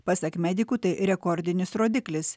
pasak medikų tai rekordinis rodiklis